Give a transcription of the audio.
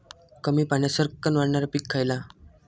कमी पाण्यात सरक्कन वाढणारा पीक खयला?